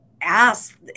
ask